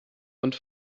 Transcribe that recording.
und